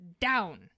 down